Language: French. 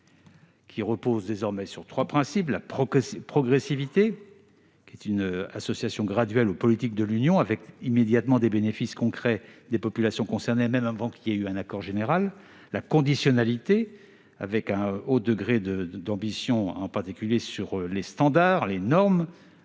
repose désormais sur trois principes : la progressivité, à savoir une association graduelle aux politiques de l'Union, avec des bénéfices concrets immédiats pour les populations concernées, avant même qu'il y ait un accord général ; la conditionnalité, avec un haut degré d'ambition, en particulier sur les standards et les normes,